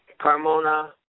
Carmona